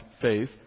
faith